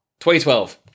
2012